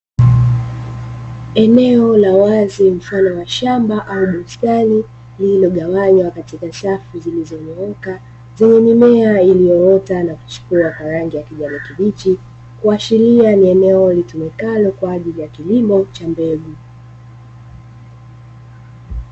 Eneo la wazi mfano wa shamba au bustani, lililogawanywa katika safu zilizonyooka, zenye mimea iliyoota na kuchipua kwa rangi ya kijani kibichi, kuashiria ni eneo litumikalo kwa ajili ya kilimo cha mbegu.